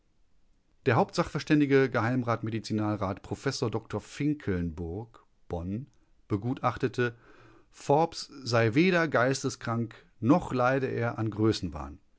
der hauptsachverständige geh medizinalrat professor dr finkelnburg bonn begutachtete forbes sei weder geisteskrank noch leide er an größenwahn